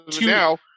now